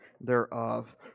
thereof